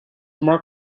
more